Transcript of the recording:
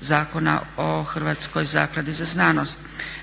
Zakona o Hrvatskoj zakladi za znanost.